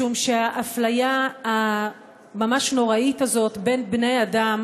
משום שהאפליה הממש-נוראית הזאת בין בני אדם